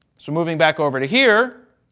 so, moving back over to here,